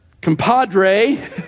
compadre